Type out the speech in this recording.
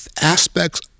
aspects